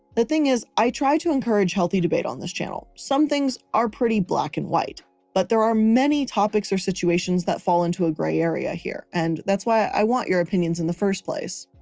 the thing is, i try to encourage healthy debate on this channel. some things are pretty black and white but there are many topics or situations that fall into a gray area here. and that's why i want your opinions in the first place,